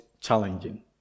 challenging